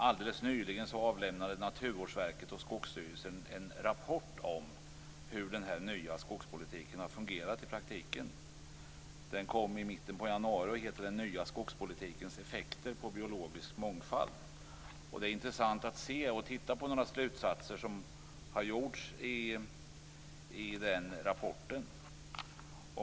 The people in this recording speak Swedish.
Alldeles nyligen avlämnade Naturvårdsverket och Skogsstyrelsen en rapport om hur den nya skogspolitiken har fungerat i praktiken. Den kom i mitten av januari och heter Den nya skogspolitikens effekter på biologisk mångfald. Det är intressant att titta på de slutsatser som gjorts i rapporten.